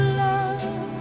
love